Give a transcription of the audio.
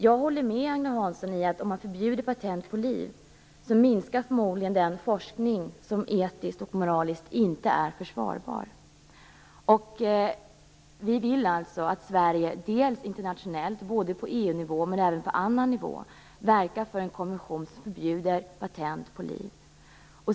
Jag håller med Agne Hansson, att om man förbjuder patent på liv minskar förmodligen den forskning som etiskt och moraliskt inte är försvarbar. Vi vill alltså att Sverige internationellt, både på EU-nivå och på annan nivå, verkar för en kommission som förbjuder patent på liv.